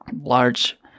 large